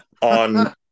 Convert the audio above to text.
On